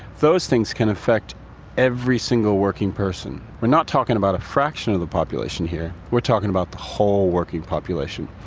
those things can affect every single working person. we're not talking about a fraction of the population here, we're talking about the whole working population,